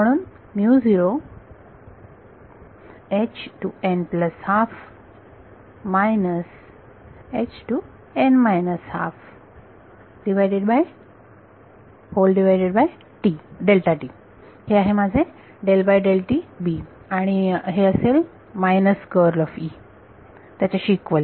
म्हणून हे आहे माझे आणि हे असेल त्याच्याशी इक्वल